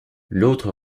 l’autre